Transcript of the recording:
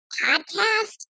podcast